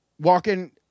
walking